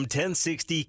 1060